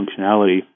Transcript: functionality